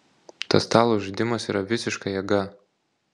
tas stalo žaidimas yra visiška jėga